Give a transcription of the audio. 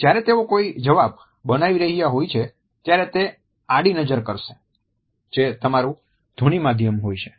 જયારે તેઓ કોઈ જવાબ બનાવી રહ્યા હોય છે ત્યારે તે આડી નજર કરશે જે તમારુ ધ્વનિ માધ્યમ હોય છે